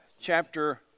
chapter